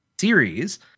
series